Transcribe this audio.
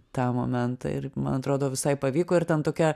tą momentą ir man atrodo visai pavyko ir ten tokia